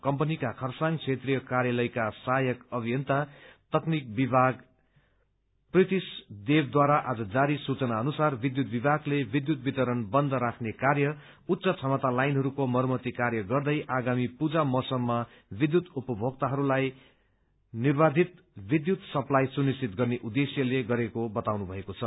कम्पनीका खरसाङ क्षेत्रीय कार्यालयका सहायक अभियनतक तकनिक विभाग प्रितिश देवद्वारा आज जारी सूचना अुनसार विद्युत विभागले विद्युत वितरण बन्द राख्ने कार्य उच्च क्षमता लाइनहरूको मरम्मती कार्य गर्दै आगामी पूजा मौसममा विद्युत उपभोक्ताहरूलाई निर्वाधित विद्युत सप्लाई सुनिश्चित गर्ने उद्देश्यले गरिएको बताउनु भएको छ